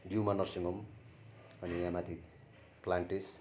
युमा nursing home अनि यहाँमाथि plants